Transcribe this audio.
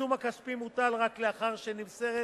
העיצום הכספי מוטל רק לאחר שנמסרת